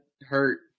hurt